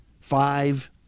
five